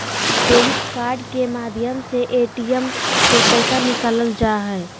debit card के माध्यम से ए.टी.एम से पैसा निकालल जा हय